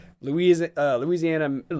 Louisiana